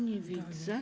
Nie widzę.